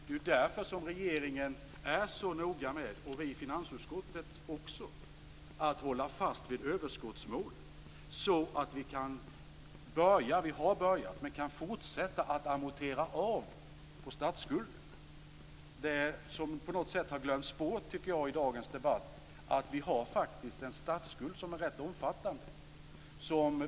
Det är därför regeringen och vi i finansutskottet är så noga med att hålla fast vid överskottsmålet så att vi kan fortsätta att amortera av på statsskulden. Det har på något sätt glömts bort i dagens debatt att vi faktiskt har en statsskuld som är rätt omfattande.